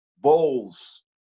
Bowls